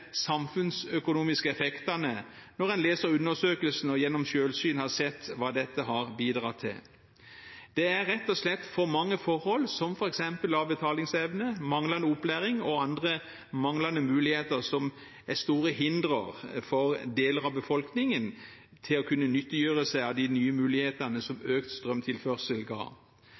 samfunnsøkonomiske effektene når en leser undersøkelsen og gjennom selvsyn har sett hva dette har bidratt til. Det er rett og slett for mange forhold, som f.eks. betalingsevne, manglende opplæring og andre manglende muligheter, som er store hindre for deler av befolkningen til å kunne nyttiggjøre seg av de nye mulighetene som